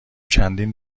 چندین